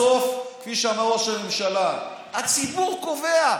בסוף, כפי שאמר ראש הממשלה, הציבור קובע.